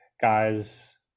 guys